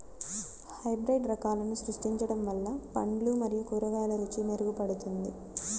hybrid రకాలను సృష్టించడం వల్ల పండ్లు మరియు కూరగాయల రుచి మెరుగుపడుతుంది